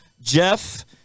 jeff